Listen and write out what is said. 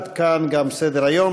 עד כאן גם סדר-היום.